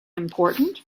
important